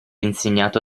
insegnato